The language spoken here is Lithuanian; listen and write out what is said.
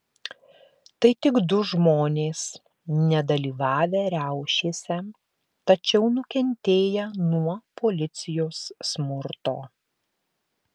tai tik du žmonės nedalyvavę riaušėse tačiau nukentėję nuo policijos smurto